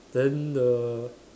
then the